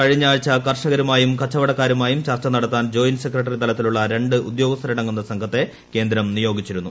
കഴിഞ്ഞ ആഴ്ച കർഷകരുമായും കച്ചുവടക്ക്ട്രുമായും ചർച്ച നടത്താൻ ജോയിന്റ് സെക്രട്ടറി തലത്തിലെ രണ്ട് ഉദ്യോഗസ്ഥര് ടങ്ങുന്ന സംഘത്തെ കേന്ദ്രം നിയോഗിച്ചിരുന്നു